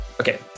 Okay